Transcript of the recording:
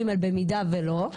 ג' במידה ולא,